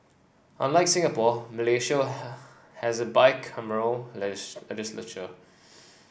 unlike Singapore Malaysia has a bicameral legislature